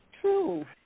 true